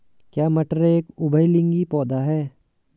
क्या मटर एक उभयलिंगी पौधा है?